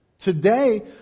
Today